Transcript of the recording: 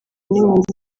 n’impunzi